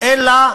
אלא